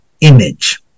image